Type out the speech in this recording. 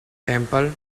temple